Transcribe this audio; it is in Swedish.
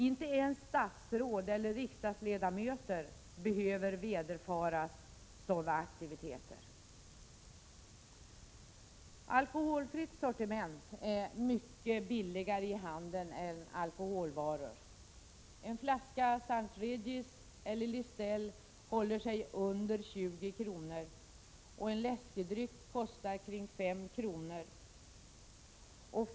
Inte ens statsråd eller riksdagsledamöter behöver vederfaras sådana aktiviteter. Alkoholfritt sortiment är mycket billigare i handeln än alkoholvaror. En flaska St Regis eller Listel håller sig under 20 kr. och en läskedryck kostar kring 5 kr.